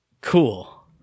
Cool